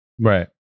right